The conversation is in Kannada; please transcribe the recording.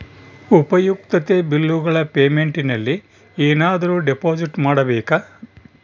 ಉಪಯುಕ್ತತೆ ಬಿಲ್ಲುಗಳ ಪೇಮೆಂಟ್ ನಲ್ಲಿ ಏನಾದರೂ ಡಿಪಾಸಿಟ್ ಮಾಡಬೇಕಾ?